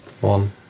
one